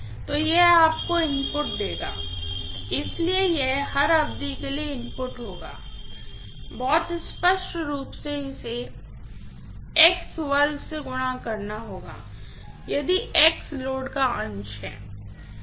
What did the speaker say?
तो यह आपको इनपुट देगा इसलिए यह हर अवधि के लिए इनपुट होगा बहुत स्पष्ट रूप से इसे x वर्ग से गुणा करना होगा यदि x लोड का अंश है